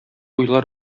уйлар